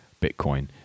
bitcoin